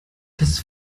das